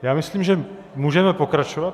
Já myslím, že můžeme pokračovat.